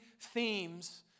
themes